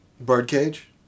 Birdcage